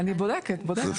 אני בודקת, בודקת.